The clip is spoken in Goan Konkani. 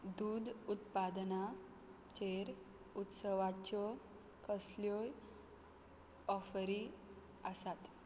दूद उत्पादनांचेर उत्सवाच्यो कसल्योय ऑफरी आसात